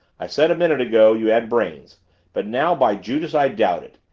i said a minute ago, you had brains but now, by judas, i doubt it!